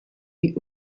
die